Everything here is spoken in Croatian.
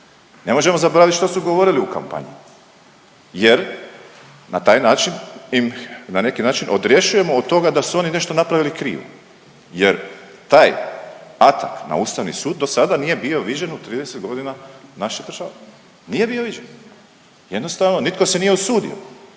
ne možemo zaboraviti što su govorili u kampanji jer na taj način im na neki način im određujemo od toga da su oni napravili nešto krivo jer taj atak na Ustavni sud do sada nije bio viđen u 30 godina naše države, nije bio viđen jednostavno nitko se nije usudio.